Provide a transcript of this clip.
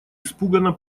испуганно